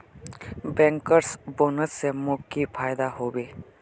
bankers bonus स मोक की फयदा हबे